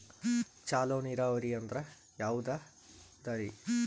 ಚಲೋ ನೀರಾವರಿ ಅಂದ್ರ ಯಾವದದರಿ?